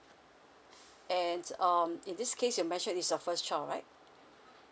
and um in this case you mention is your first child right